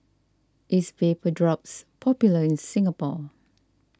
is Vapodrops popular in Singapore